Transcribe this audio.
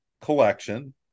Collection